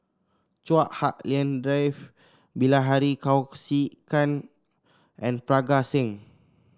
Chua Hak Lien Dave Bilahari Kausikan and Parga Singh